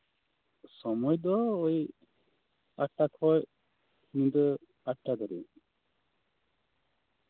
ᱥᱚᱢᱚᱭ ᱫᱚ ᱳᱭ ᱟᱴ ᱤᱨᱟᱹᱞ ᱵᱟᱡᱮ ᱠᱷᱚᱡ ᱧᱤᱫᱟᱹ ᱤᱨᱟᱹᱞ ᱵᱟᱡᱮ ᱫᱷᱟᱹᱵᱤᱡ